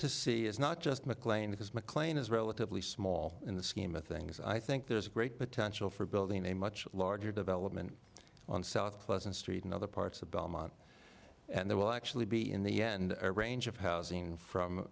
to see is not just mclean because mclean is relatively small in the scheme of things i think there's a great potential for building a much larger development on south close and street in other parts of belmont and there will actually be in the end a range of housing from